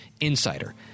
insider